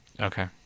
okay